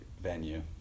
venue